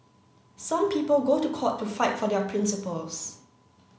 some people go to court to fight for their principles